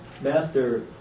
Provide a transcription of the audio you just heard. Master